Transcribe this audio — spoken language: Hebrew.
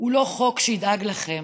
הוא לא חוק שידאג לכם.